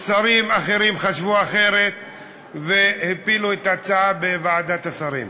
שרים אחרים חשבו אחרת והפילו את ההצעה בוועדת השרים.